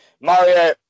Mario